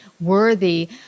worthy